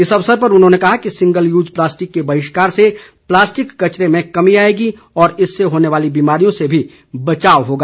इस अवसर पर उन्होंने कहा कि सिंगल यूज प्लास्टिक के बहिष्कार से प्लास्टिक कचरे में कमी आएगी और इससे होने वाली बीमारियों से भी बचाव होगा